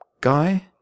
guy